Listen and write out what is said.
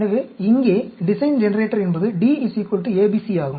எனவே இங்கே design generator என்பது D ABC ஆகும்